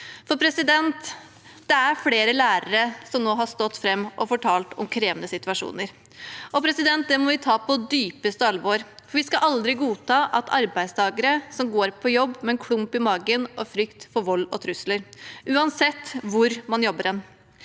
i saken. Det er flere lærere som har stått fram og fortalt om krevende situasjoner, og det må vi ta på dypeste alvor, for vi skal aldri godta at arbeidstakere går på jobb med klump i magen og frykt for vold og trusler, uansett hvor de jobber.